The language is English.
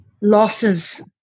losses